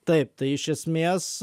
taip tai iš esmės